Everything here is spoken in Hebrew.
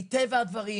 מטבע הדברים,